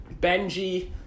Benji